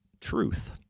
truth